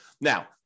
Now